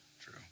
True